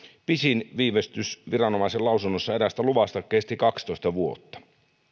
pisin viivästys viranomaisen lausunnossa eräästä luvasta kesti kaksitoista vuotta